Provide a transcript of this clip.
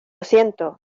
siento